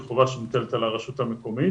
היא חובה שמוטלת על הרשות המקומית